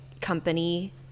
company